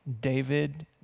David